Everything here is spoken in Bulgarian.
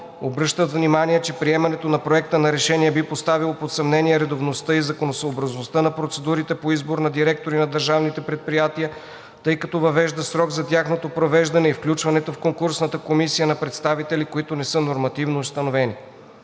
Обръщат внимание, че приемането на Проекта на решение би поставило под съмнение редовността и законосъобразността на процедурите по избор на директори на държавните предприятия, тъй като въвежда срок за тяхното провеждане и включването в конкурсната комисия на представители, които не са нормативно установени.